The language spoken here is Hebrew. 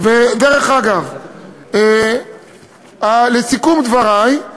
ודרך אגב, לסיכום דברי,